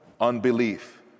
Unbelief